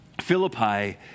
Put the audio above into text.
Philippi